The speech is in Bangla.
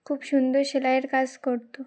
খুব সুন্দর সেলাইয়ের কাজ করত